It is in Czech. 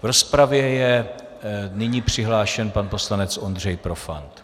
V rozpravě je nyní přihlášen pan poslanec Ondřej Profant.